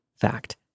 fact